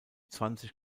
zwanzig